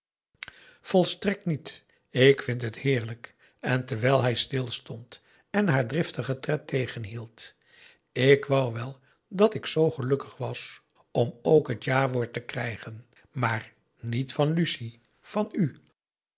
volstrekt niet ik vind het heerlijk en terwijl hij stilstond en haar driftigen tred tegenhield ik wou wel dat k zoo gelukkig was om ook het jawoord te krijgen maar niet van lucie van u